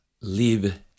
live